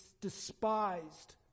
despised